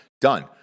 Done